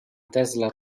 tesla